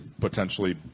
potentially